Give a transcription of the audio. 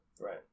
Right